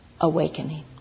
awakening